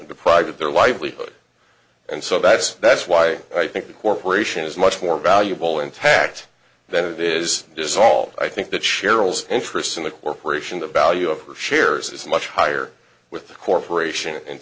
deprived of their livelihood and so that's that's why i think the corporation is much more valuable intact than it is dissolved i think that cheryl's interests in the corporation the value of her shares is much higher with the corporation